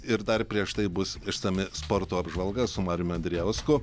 ir dar prieš tai bus išsami sporto apžvalga su mariumi andrijausku